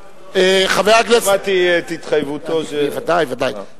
חבר הכנסת, לא שמעתי את התחייבותו של, ודאי ודאי.